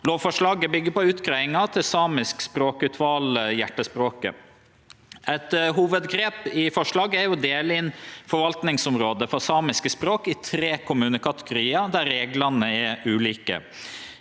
Lovforslaget byggjer på utgreiinga til samisk språkutval, «Hjertespråket». Eit hovudgrep i forslaget er å dele inn forvaltingsområdet for samiske språk i tre kommunekategoriar der reglane er ulike.